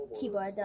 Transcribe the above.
keyboard